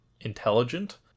intelligent